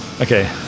Okay